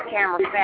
Camera